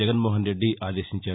జగన్మోహన్రెడ్డి ఆదేశించారు